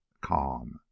calm